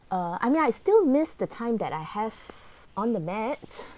err I mean I still miss the time that I have on the mat